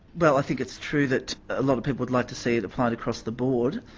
well i think it's true that a lot of people would like to see it applied across the board.